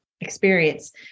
experience